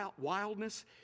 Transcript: wildness